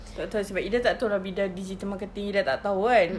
tak tahu sebab ida tak tahu dalam bidang digital marketing ida tak tahu kan